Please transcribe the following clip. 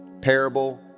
parable